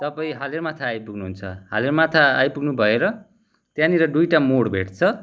तपाईँ हालेरमाथा आइपुग्नु हुन्छ हालेरमाथा आइपुग्नु भएर त्यहाँनिर दुइटा मोड भेट्छ